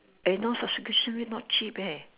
and you know subscription rate not cheap eh